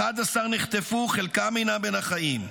11 נחטפו, חלקם אינם בין החיים,